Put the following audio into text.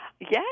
Yes